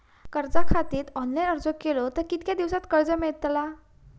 कर्जा खातीत ऑनलाईन अर्ज केलो तर कितक्या दिवसात कर्ज मेलतला?